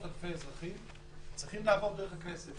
אלפי אזרחים צריכות לעבור דרך הכנסת.